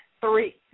Three